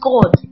God